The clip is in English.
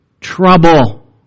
trouble